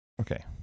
okay